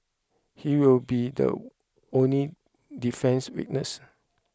he will be the only defence witness